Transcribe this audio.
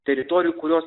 teritorijų kurios